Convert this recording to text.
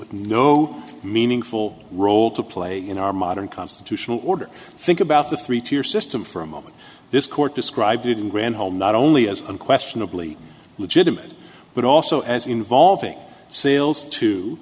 with no meaningful role to play in our modern constitutional order think about the three tier system for a moment this court described in granholm not only as unquestionably legitimate but also as involving sales to